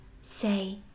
Say